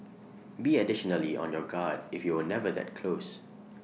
be additionally on your guard if you were never that close